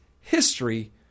history